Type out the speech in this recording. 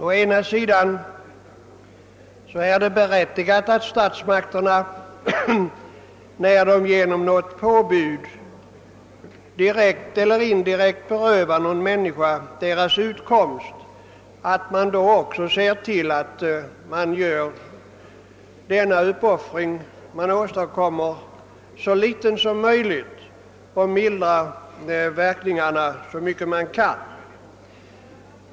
Å ena sidan är det berättigat att statsmakterna — när de genom något påbud direkt eller indirekt berövar någon eller några människor deras utkomst — ser till att verkningarna mildras så långt det är möjligt.